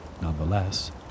Nonetheless